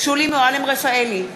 שולי מועלם-רפאלי,